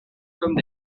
comme